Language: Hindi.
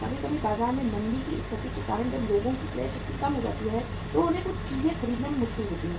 कभी कभी बाजार में मंदी की स्थिति के कारण जब लोगों की क्रय शक्ति कम हो जाती है तो उन्हें कुछ चीजें खरीदने में मुश्किल होती है